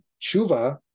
tshuva